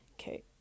okay